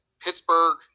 Pittsburgh